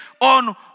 on